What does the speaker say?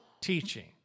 teaching